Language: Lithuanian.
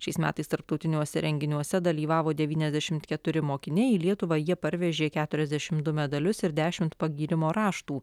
šiais metais tarptautiniuose renginiuose dalyvavo devyniasdešimt keturi mokiniai į lietuvą jie parvežė keturiasdešim du medalius ir dešimt pagyrimo raštų